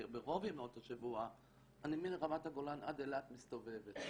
וברוב ימות השבוע אני מרמת הגולן עד אילת מסתובבת.